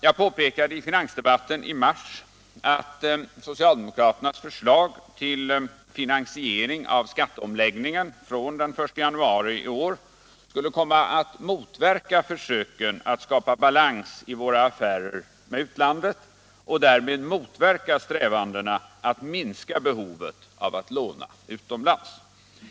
Jag påpekade i finansdebatten i mars att socialdemokraternas förslag till finansiering av skatteomläggningen från den 1 januari i år skulle komma att motverka försöken att skapa balans i våra affärer med utlandet och därmed motverka strävandena att minska behovet av att låna utomlands.